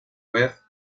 beth